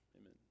amen